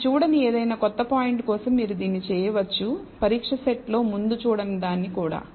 మీరు చూడని ఏదైనా క్రొత్త పాయింట్ కోసం మీరు దీన్ని చెయ్యవచ్చు పరీక్ష సెట్లో ముందు చూడని దాని కూడా